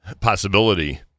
possibility